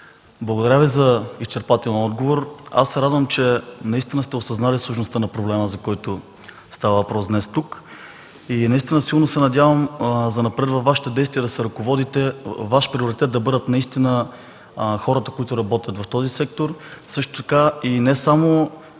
Благодаря Ви за изчерпателния отговор. Аз се радвам, че наистина сте осъзнали сложността на проблема, за който става въпрос днес тук и силно се надявам занапред във Вашите действия да се ръководите Ваш приоритет да бъдат хората, които работят в този сектор. Също така не само